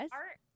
art